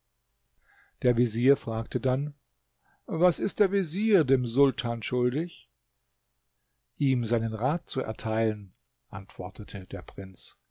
der vezier fragte dann was ist der vezier dem sultan schuldig ihm seinen rat zu erteilen antwortete der prinz